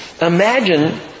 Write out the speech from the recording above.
Imagine